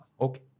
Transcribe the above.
Okay